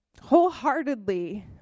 wholeheartedly